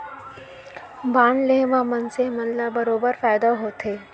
bond लेहे म मनसे मन ल बरोबर फायदा होथे